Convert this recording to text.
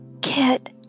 Kit